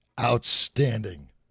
Outstanding